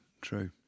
True